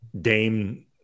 Dame